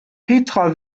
petra